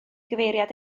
gyfeiriad